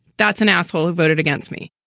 that's an asshole who voted against me.